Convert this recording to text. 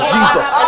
Jesus